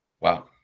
Wow